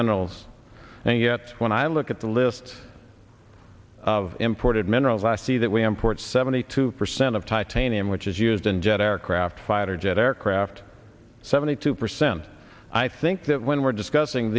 minerals and yet when i look at the list of imported minerals i see that we import seventy two percent of titanium which is used in jet aircraft fighter jet aircraft seventy two percent i think that when we're discussing